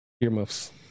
Earmuffs